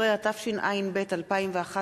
16), התשע”ב 2011,